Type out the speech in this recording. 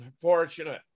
fortunate